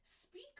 Speak